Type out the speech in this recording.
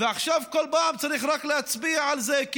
ועכשיו כל פעם צריך רק להצביע על זה.